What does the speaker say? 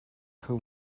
kho